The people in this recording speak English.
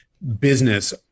business